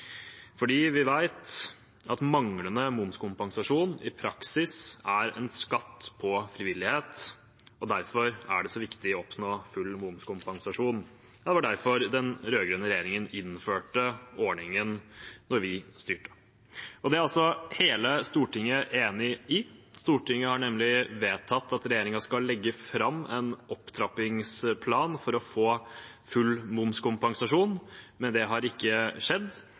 Vi vet at manglende momskompensasjon i praksis er en skatt på frivillighet, og derfor er det så viktig å oppnå full momskompensasjon. Det var derfor den rød-grønne regjeringen innførte ordningen da vi styrte. Det er også hele Stortinget enig i. Stortinget har nemlig vedtatt at regjeringen skal legge fram en opptrappingsplan for å få full momskompensasjon, men det har ikke skjedd.